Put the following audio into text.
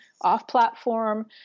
off-platform